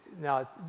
now